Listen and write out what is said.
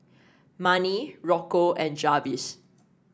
Marni Rocco and Jarvis